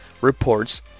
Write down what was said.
reports